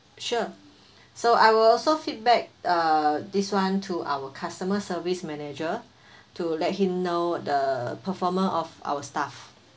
sure so I will also feedback uh this [one] to our customer service manager to let him know the performance of our staff